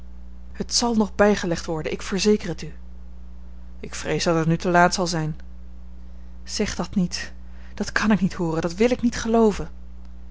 het zal nog bijgelegd worden ik verzeker het u ik vrees dat het nu te laat zal zijn zeg dat niet dat kan ik niet hooren dat wil ik niet gelooven